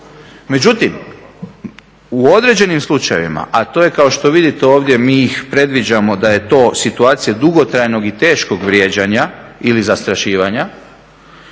Međutim, u određenim slučajevima a to je kao što vidite ovdje mi ih predviđamo da je to situacija dugotrajnog i teškog vrijeđanja ili zastrašivanje